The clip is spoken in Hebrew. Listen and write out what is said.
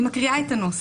אני מקריאה את הנוסח: